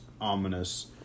ominous